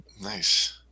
Nice